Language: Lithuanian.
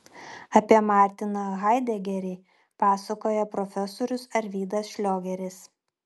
apie martiną haidegerį pasakoja profesorius arvydas šliogeris